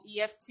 EFT